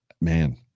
Man